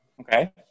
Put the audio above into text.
Okay